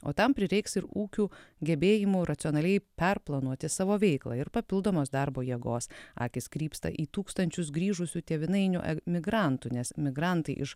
o tam prireiks ir ūkių gebėjimų racionaliai perplanuoti savo veiklą ir papildomos darbo jėgos akys krypsta į tūkstančius grįžusių tėvynainių emigrantų nes migrantai iš